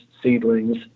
seedlings